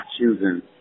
choosing